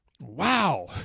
wow